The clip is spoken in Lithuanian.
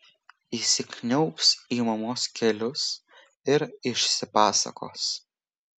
įsikniaubs į mamos kelius ir išsipasakos